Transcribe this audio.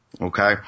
Okay